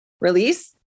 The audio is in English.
release